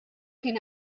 kien